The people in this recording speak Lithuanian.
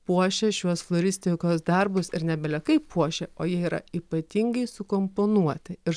puošia šiuos floristikos darbus ir ne bile kaip puošia o jie yra ypatingai sukomponuoti ir